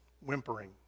whimpering